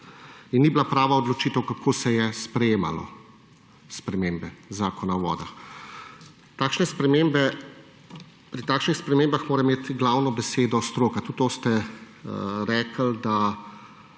Ni bila tudi prava odločitev, kako so se sprejemale spremembe Zakona o vodah. Pri takšnih spremembah mora imeti glavno besedo stroka. Tudi to ste rekli, da